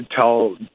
tell